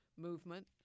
movement